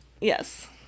yes